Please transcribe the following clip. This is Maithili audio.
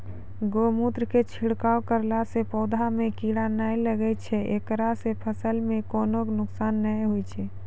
गोमुत्र के छिड़काव करला से पौधा मे कीड़ा नैय लागै छै ऐकरा से फसल मे कोनो नुकसान नैय होय छै?